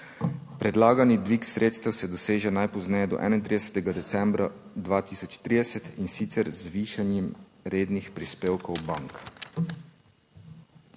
Predlagani dvig sredstev se doseže najpozneje do 31. decembra 2030, in sicer z višanjem rednih prispevkov bank.